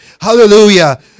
Hallelujah